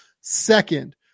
Second